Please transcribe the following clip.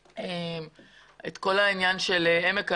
כל הנושא של עמק המעיינות.